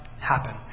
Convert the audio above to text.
happen